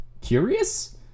Curious